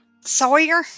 Sawyer